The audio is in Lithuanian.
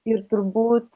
ir turbūt